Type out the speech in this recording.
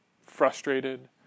frustrated